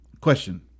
Question